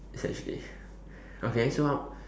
essentially okay so how